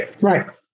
Right